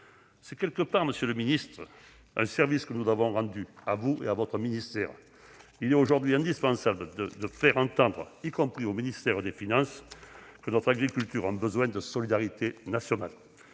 en quelque sorte, monsieur le ministre, d'un service que nous vous avons rendu à vous et à votre ministère. Il est aujourd'hui indispensable de faire entendre, y compris au ministère des finances, que nos agriculteurs ont besoin de la solidarité nationale.